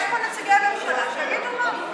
יש פה נציגי ממשלה, שיגידו.